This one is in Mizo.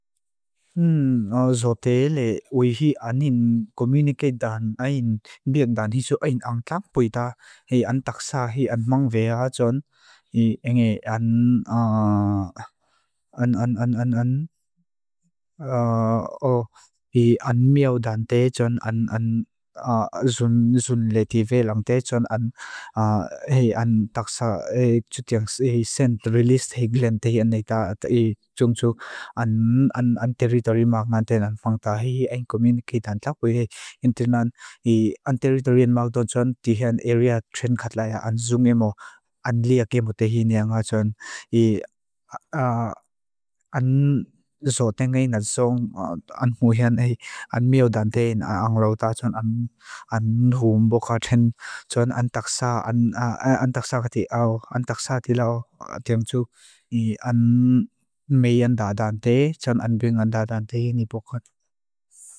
Umm zote le wei hi anin komunikate dan anin bian dan hizu anin ang takpuita. Hei an taksa hei an maam vea jon, hei an meaw dan te jon, an zun leti ve lang te jon, hei an taksa an hei jon. An taksa, an taksa ar di law, an taksa di law objectsu a ye an meon dadante, jon an bengan dadante ni biokan.